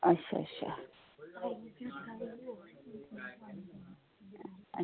अच्छा अच्छा